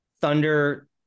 thunder